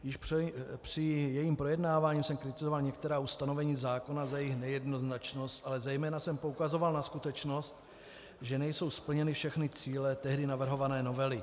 Již při jejím projednávání jsem kritizoval některá ustanovení zákona za jejich nejednoznačnost, ale zejména jsem poukazoval na skutečnost, že nejsou splněny všechny cíle tehdy navrhované novely.